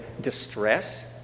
distress